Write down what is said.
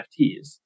NFTs